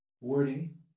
wording